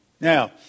Now